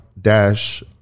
dash